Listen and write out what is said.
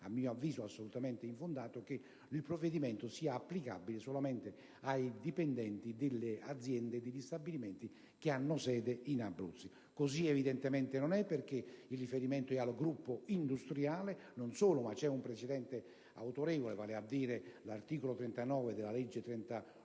a mio avviso ciò è assolutamente infondato, che il provvedimento sia applicabile solamente ai dipendenti degli stabilimenti che hanno sede in Abruzzo. Così evidentemente non è, perché il riferimento è al gruppo industriale. Non solo: c'è un precedente autorevole, vale a dire l'articolo 39 della legge 30